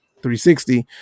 360